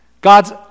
God's